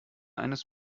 eines